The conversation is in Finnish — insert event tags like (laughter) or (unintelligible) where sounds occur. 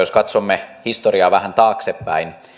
(unintelligible) jos katsomme historiaa vähän taaksepäin niin